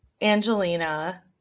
Angelina